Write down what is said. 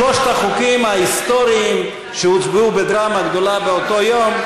שלושת החוקים ההיסטוריים שהוצגו בדרמה גדולה באותו יום,